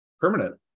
permanent